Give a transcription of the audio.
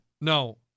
No